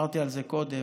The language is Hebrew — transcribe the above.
דיברתי על זה קודם,